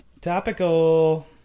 Topical